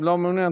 לא מעוניין,